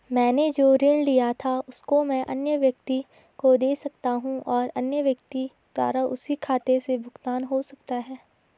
मैंने जो ऋण लिया था उसको मैं अन्य व्यक्ति को दें सकता हूँ और अन्य व्यक्ति द्वारा उसी के खाते से भुगतान हो सकता है?